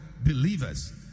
believers